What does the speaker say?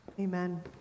Amen